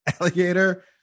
Alligator